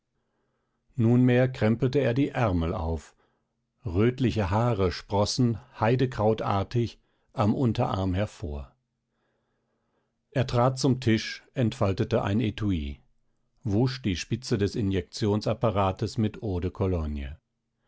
nunmehr krempelte er die ärmel auf rötliche haare sprossen heidekrautartig am unterarm hervor er trat zum tisch entfaltete ein etui wusch die spitze des injekektionsapparates mit eau de cologne